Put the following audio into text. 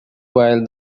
while